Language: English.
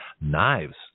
Knives